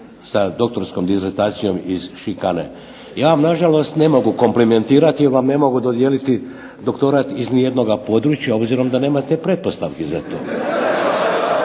sa doktorskom disertacijom iz šikane. Ja vam na žalost ne mogu komplimentirati, jer vam ne mogu dodijeliti doktorat iz nijednoga područja, obzirom da nemate pretpostavki za to,